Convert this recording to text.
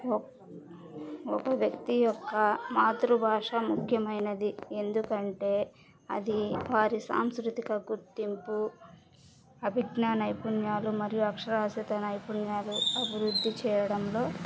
ఒ ఒక వ్యక్తి యొక్క మాతృభాష ముఖ్యమైనది ఎందుకంటే అది వారి సాంస్కృతిక గుర్తింపు అభిజ్ఞా నైపుణ్యాలు మరియు అక్షరాస్యత నైపుణ్యాలు అభివృద్ధి చేయడంలో